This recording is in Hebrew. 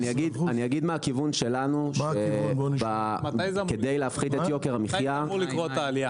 מתי העלייה אמורה לקרות?